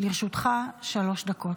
לרשותך שלוש דקות.